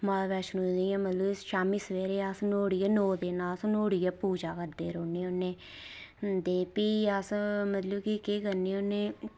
ते माता वैष्णो दी गै मतलब शामीं सवेरे अस नुहाड़ी गै नुहाड़ी गै नौ दिन सेवा करदे रौह्ने होन्नि ते भी अस मतलब की केह् करने होन्ने